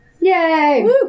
Yay